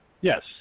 Yes